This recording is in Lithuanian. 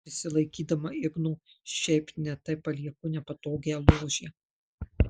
prisilaikydama igno šiaip ne taip palieku nepatogią ložę